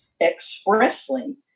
expressly